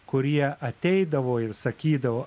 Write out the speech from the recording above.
kurie ateidavo ir sakydavo